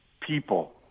people